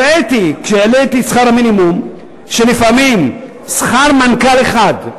הראיתי כשהעליתי את שכר המינימום שלפעמים שכר מנכ"ל אחד,